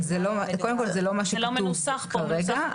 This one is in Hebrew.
קודם כל זה לא מה שכתוב כרגע,